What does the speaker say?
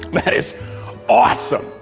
that is awesome!